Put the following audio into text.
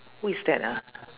who is that ah